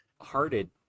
hearted